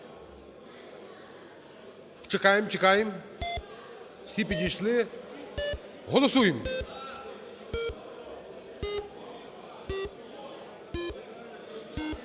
Чекаєм, чекаєм. Всі підійшли. Голосуєм.